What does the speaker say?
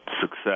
success